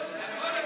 תגוון,